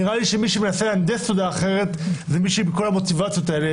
נראה לי שמי שמנסה להנדס תודעה אחרת זה אלה שיש להם את המוטיבציות האלה,